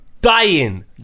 dying